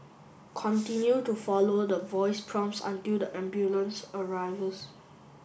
continue to follow the voice prompts until the ambulance arrives